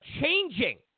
changing